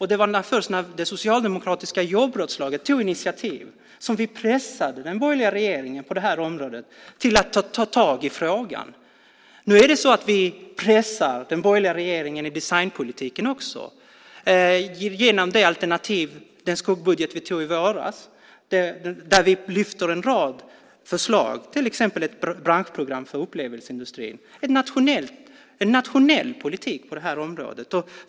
Det var först när det socialdemokratiska jobbrådslaget tog initiativ som vi pressade den borgerliga regeringen att ta tag i frågan. Vi pressar den borgerliga regeringen i designpolitiken också genom den skuggbudget vi tog i våras där vi lyfter fram en rad förslag, till exempel ett branschprogram för upplevelseindustrin. Det handlar om en nationell politik på det här området.